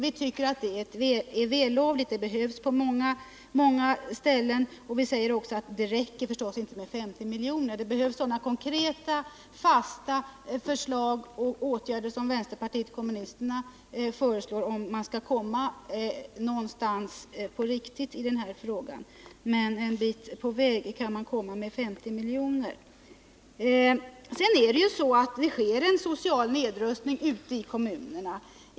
Vi tycker att detta är vällovligt, eftersom en ökad personaltäthet behövs på många håll. Men vi menar att det inte räcker med att föreslå 50 miljoner. Det behövs sådana konkreta åtgärder som vänsterpartiet kommunisterna föreslår, om man verkligen skall komma någon vart i den här frågan, men en bit på väg kan man naturligtvis komma Sedan vill jag säga att det sker en social nedrustning ute i kommunerna.